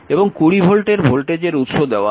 এবং 20 ভোল্টের ভোল্টেজের উৎস দেওয়া হয়েছে